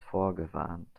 vorgewarnt